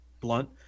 blunt